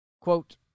Quote